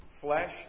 flesh